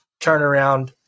turnaround